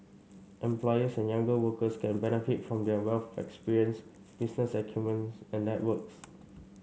employers and younger workers can benefit from their wealth of experience business acumen's and networks